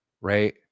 right